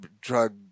drug